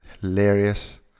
hilarious